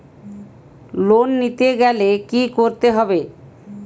Loan নিতে গেলে কি করতে হবে?